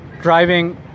driving